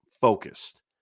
focused